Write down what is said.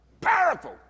powerful